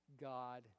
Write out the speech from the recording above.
God